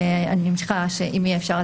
ואני מניחה שאם יהיה אפשר,